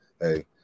hey